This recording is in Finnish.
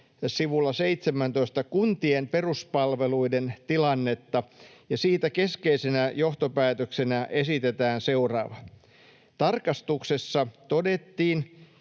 sivulla 17 kuntien peruspalveluiden tilannetta, ja siitä keskeisenä johtopäätöksenä esitetään seuraava: ”Tarkastuksessa todetaan,